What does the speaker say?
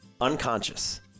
Unconscious